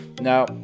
Now